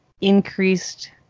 increased